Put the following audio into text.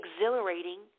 exhilarating